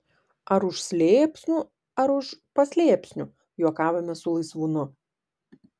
ar už slėpsnų ar už paslėpsnių juokavome su laisvūnu